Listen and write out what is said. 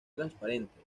transparente